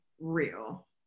real